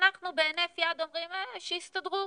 ואנחנו בהינף יד אומרים: אה, שיסתדרו.